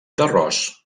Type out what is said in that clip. d’arròs